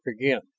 again